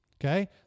Okay